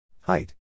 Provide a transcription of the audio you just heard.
Height